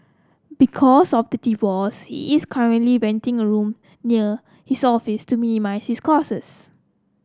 because of the divorce he is currently renting a room near his office to minimise his